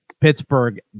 Pittsburgh